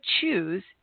choose